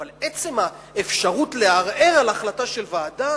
אבל עצם האפשרות לערער על החלטה של ועדה